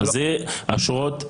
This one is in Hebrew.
זה אשרות זכאות.